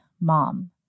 mom